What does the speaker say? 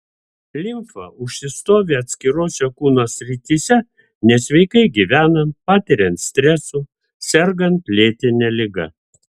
limfa užsistovi atskirose kūno srityse nesveikai gyvenant patiriant stresų sergant lėtine liga